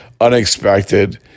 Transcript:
unexpected